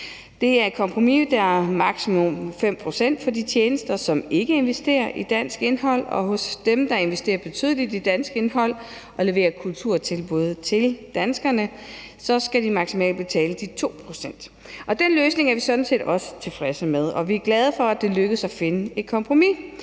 Det er et kompromis, der indebærer maksimum 5 pct. for de tjenester, som ikke investerer i dansk indhold, og dem, der investerer betydeligt i dansk indhold og leverer kulturtilbud til danskerne, skal maksimalt betale 2 pct. Den løsning er vi sådan set også tilfredse med, og vi er glade for, at det lykkedes at finde et kompromis.